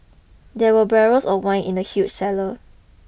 there were barrels of wine in the huge cellar